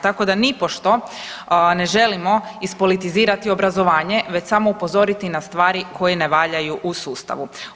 Tako da nipošto ne želimo ispolitizirati obrazovanje već samo upozoriti na stvari koje ne valjaju u sustavu.